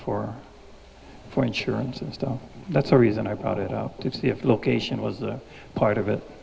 for for insurance and stuff that's the reason i brought it up to see if location was a part of it